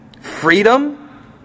Freedom